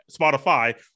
Spotify